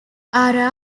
ara